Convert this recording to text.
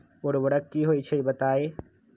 उर्वरक की होई छई बताई?